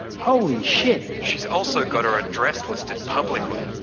holy shit. she's also got her address listed publicly.